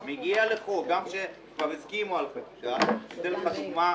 גם אחרי שהסכימו על חקיקה שהתנגד אני אתן לך דוגמה,